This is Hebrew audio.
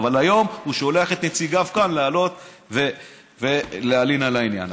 אבל היום הוא שולח את נציגיו כאן לעלות ולהלין על העניין.